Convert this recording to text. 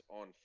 on